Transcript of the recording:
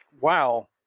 wow